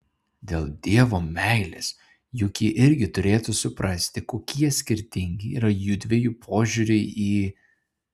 dėl dievo meilės juk ji irgi turėtų suprasti kokie skirtingi yra jųdviejų požiūriai į